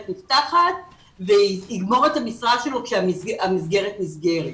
נפתחת ויגמור את המשרה שלו כשהמסגרת נסגרת.